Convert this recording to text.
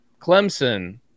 Clemson